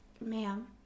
ma'am